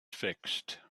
fixed